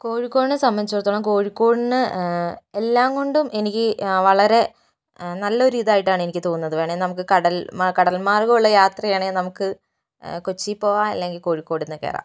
കോഴിക്കോടിനെ സംബന്ധിച്ചിടത്തോളം കോഴിക്കോടിന് എല്ലാംകൊണ്ടും എനിക്ക് വളരെ നല്ലൊരു ഇതായിട്ടാണ് എനിക്ക് തോന്നുന്നത് വേണമെങ്കിൽ നമുക്ക് കടൽ കടൽ മാർഗമുള്ള യാത്രയാണെങ്കിൽ നമുക്ക് കൊച്ചിയിൽ പോകാം അല്ലെങ്കിൽ കോഴിക്കോട് തന്നെ കയറാം